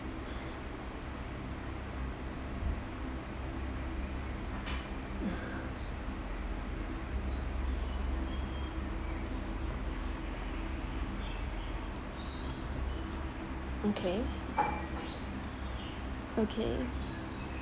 okay okay